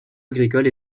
agricole